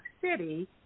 City